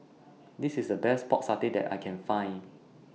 This IS The Best Pork Satay that I Can Find